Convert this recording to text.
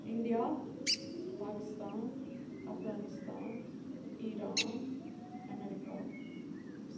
India Pakistan Afghanistan Iran America